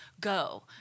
Go